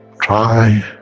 try